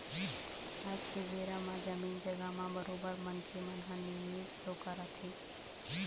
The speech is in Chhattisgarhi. आज के बेरा म जमीन जघा म बरोबर मनखे मन ह निवेश तो करत हें